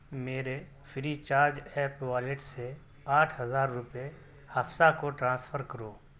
میرے free charge app wallet سے آٹھ ہزار روپے حفصہ کو ٹرانسفر کرو